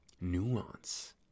nuance